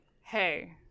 hey